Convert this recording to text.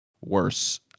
worse